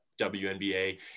WNBA